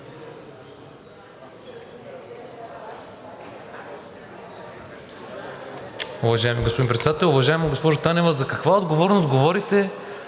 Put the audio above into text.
Уважаеми господин Председател! Уважаема госпожо Танева, за каква отговорност говорите,